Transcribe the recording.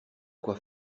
quoi